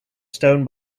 stone